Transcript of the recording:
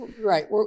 Right